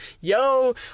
Yo